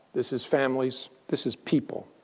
this is families. this is people.